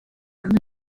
from